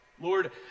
Lord